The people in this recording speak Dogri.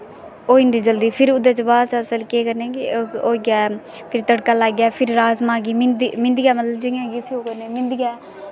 होई दी जल्दी ओह्दै शा बाद च अस केह् करने कि फिर राजमांह् गी तड़का लाइयै राजमांह् गी मिंदियै